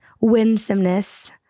winsomeness